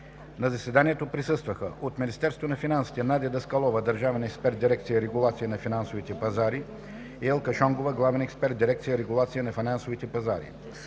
На заседанието присъстваха: от Министерството на финансите – Надя Даскалова, държавен експерт в дирекция „Регулация на финансовите пазари“, и Елка Шонгова – главен експерт в дирекция „Регулация на финансовите пазари“;